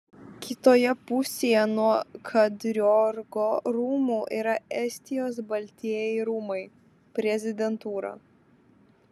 kitoje pusėje nuo kadriorgo rūmų yra estijos baltieji rūmai prezidentūra